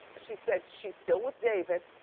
she said she's still with david.